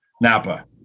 Napa